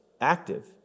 active